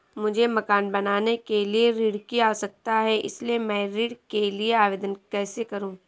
मुझे मकान बनाने के लिए ऋण की आवश्यकता है इसलिए मैं ऋण के लिए आवेदन कैसे करूं?